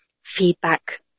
feedback